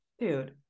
dude